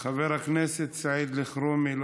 חבר הכנסת סעיד אלחרומי,